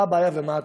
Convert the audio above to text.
מה הבעיה ומה הטובה?